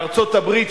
בארצות-הברית,